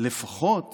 אז לפחות